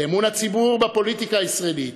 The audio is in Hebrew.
לאמון הציבור בפוליטיקה הישראלית,